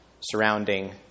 surrounding